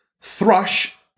Thrush